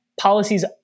policies